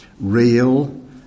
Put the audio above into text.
real